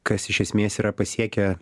kas iš esmės yra pasiekę